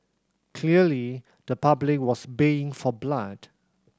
clearly the public was baying for blood